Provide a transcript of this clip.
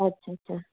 अच्छा अच्छा